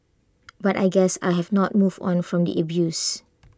but I guess I have not moved on from the abuse